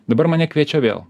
dabar mane kviečia vėl